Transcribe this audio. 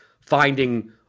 finding